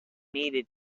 needed